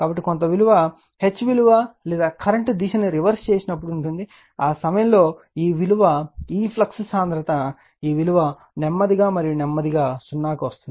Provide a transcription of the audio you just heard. కాబట్టి కొంత విలువ H విలువ లేదా కరెంట్ దిశను రివర్స్ చేసినప్పుడు ఉంటుంది ఆ సమయంలో ఈ విలువ ఈ ఫ్లక్స్ సాంద్రత ఈ విలువ నెమ్మదిగా మరియు నెమ్మదిగా 0 కి వస్తోంది